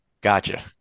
Gotcha